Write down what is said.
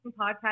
podcast